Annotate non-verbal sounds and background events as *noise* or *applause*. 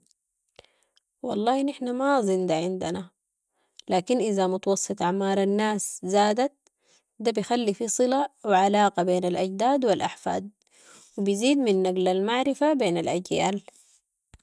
والله نحن ما اظن ده عندنا، لكن اذا متوسط اعمار الناس زادت، ده بيخلي في صلة و علاقه بين الاجداد و الاحفاد *noise* و بزيد من نقل المعرفة بين الاجيال. *noise*